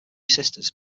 sisters